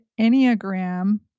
Enneagram